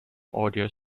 audio